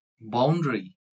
boundary